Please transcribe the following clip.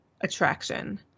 attraction